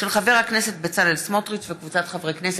של חבר הכנסת בצלאל סמוטריץ וקבוצת חברי הכנסת.